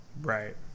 Right